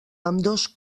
ambdós